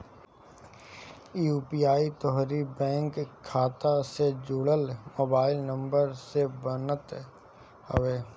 UPI तोहरी bank खाता से जुड़ल मोबाइल नंबर से बनत हवे